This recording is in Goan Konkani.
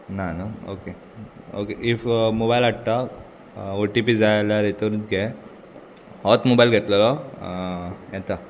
ना न्हू ओके ओके इफ मोबायल हाडटा ओटीपी जाय जाल्यार हितून घे होच मोबायल घेतलेलो येता